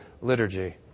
liturgy